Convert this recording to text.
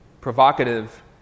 provocative